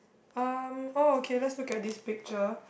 um oh okay let's look at this picture